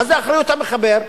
מה זה "אחריות המחבר"?